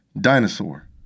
dinosaur